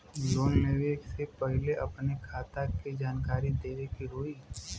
Loan लेवे से पहिले अपने खाता के जानकारी दिखावे के होई?